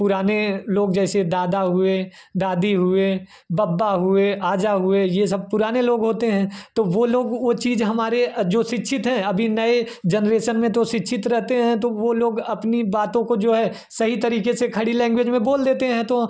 पुराने लोग जैसे दादा हुए दादी हुए बब्बा हुए आजा हुए यह सब पुराने लोग होते हैं तो वह लोग वह चीज़ हमारे जो शिक्षित हैं अभी नए जनरेशन में तो शिक्षित रहते हैं तो वह लोग अपनी बातों को जो है सही तरीके से खड़ी लैंग्वेज में बोले देते हैं तो